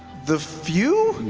the few?